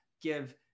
give